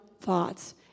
thoughts